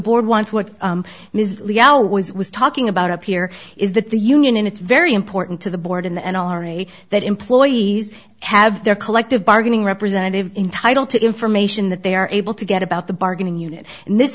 board wants what ms yeah was talking about up here is that the union it's very important to the board in the n r a that employees have their collective bargaining representative entitled to information that they are able to get about the bargaining unit and this